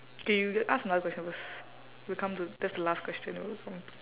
K you ask another question first we'll come to that's the last question